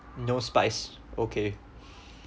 no spice okay